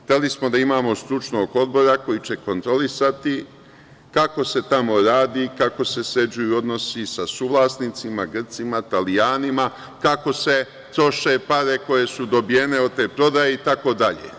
Hteli smo da imamo stručnog člana koji će kontrolisati kako se tamo radi, kako se sređuju odnosi sa suvlasnicima, Grcima, Italijanima, kako se troše pare koje su dobijene od te prodaje, itd.